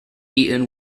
eaten